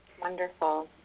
Wonderful